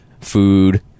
food